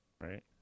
right